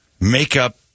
makeup